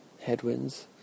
headwinds